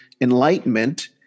Enlightenment